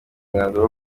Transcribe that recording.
umwanzuro